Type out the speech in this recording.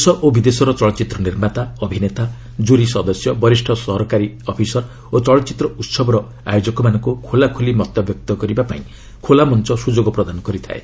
ଦେଶ ଓ ବିଦେଶର ଚଳଚ୍ଚିତ୍ର ନିର୍ମାତା ଅଭିନେତା କୁରି ସଦସ୍ୟ ବରିଷ୍ଣ ସରକାରୀ ଅଫିସର ଓ ଚଳଚ୍ଚିତ୍ର ଉତ୍ସବର ଆୟୋଜକମାନଙ୍କୁ ଖୋଲାଖୋଲି ମତବ୍ୟକ୍ତ କରିବା ପାଇଁ ଖୋଲାମଞ୍ଚ ସୁଯୋଗ ପ୍ରଦାନ କରିଥାଏ